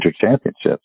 championships